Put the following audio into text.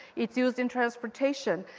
it's used in transportation.